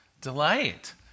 delight